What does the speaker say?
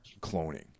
cloning